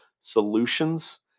solutions